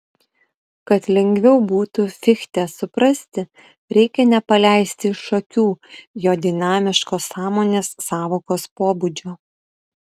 kad lengviau būtų fichtę suprasti reikia nepaleisti iš akių jo dinamiško sąmonės sąvokos pobūdžio